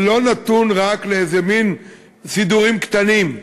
זה לא נתון רק למין סידורים קטנים,